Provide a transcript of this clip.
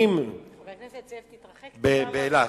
באילת,